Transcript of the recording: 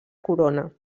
corona